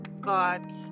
got